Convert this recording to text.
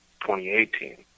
2018